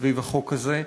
סביב החוק הזה.